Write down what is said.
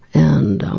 and